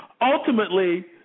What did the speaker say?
Ultimately